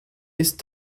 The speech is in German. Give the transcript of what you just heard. ist